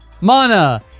Mana